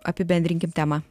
apibendrinkim temą